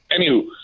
Anywho